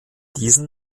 diesen